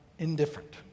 indifferent